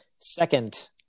second